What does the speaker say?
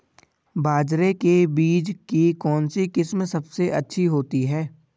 बाजरे के बीज की कौनसी किस्म सबसे अच्छी होती है?